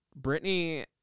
Britney